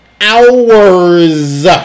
hours